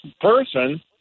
person